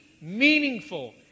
meaningful